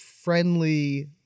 friendly